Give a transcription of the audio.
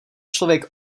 člověk